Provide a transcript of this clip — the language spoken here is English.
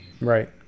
Right